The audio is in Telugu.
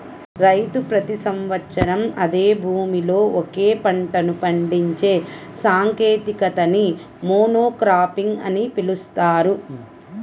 రైతు ప్రతి సంవత్సరం అదే భూమిలో ఒకే పంటను పండించే సాంకేతికతని మోనోక్రాపింగ్ అని పిలుస్తారు